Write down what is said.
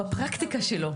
בפרקטיקה שלו.